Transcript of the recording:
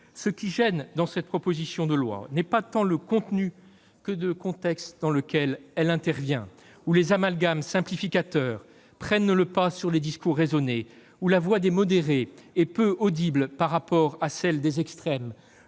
ce qui gêne dans cette proposition de loi n'est pas tant le contenu que le contexte dans lequel celle-ci intervient, un contexte où les amalgames simplificateurs prennent le pas sur les discours raisonnés, où la voix des modérés est peu audible par rapport à celle des extrêmes